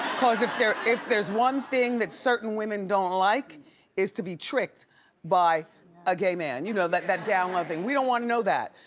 cause if there's if there's one thing that certain women don't like is to be tricked by a gay man. you know, that that down loving. we don't wanna know that.